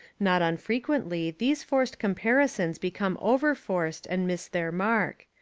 not unfrequently these forced comparisons become overforced and miss their mark.